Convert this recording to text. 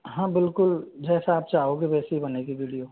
हाँ बिल्कुल जैसा आप चाहोगे वैसी ही बनेगी वीडियो